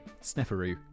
Sneferu